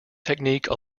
technique